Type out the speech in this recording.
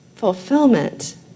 fulfillment